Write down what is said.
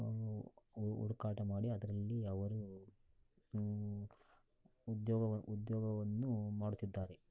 ಹುಡುಕಾಟ ಮಾಡಿ ಅದರಲ್ಲಿ ಅವರು ಉದ್ಯೋಗ ಉದ್ಯೋಗವನ್ನು ಮಾಡ್ತಿದ್ದಾರೆ